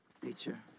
teacher